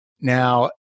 Now